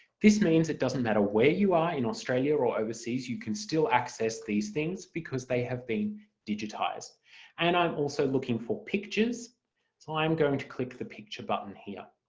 this means it doesn't matter where you are in australia or overseas you can still access these things because they have been digitised and i'm also looking for pictures so i'm going to click the picture button here.